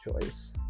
choice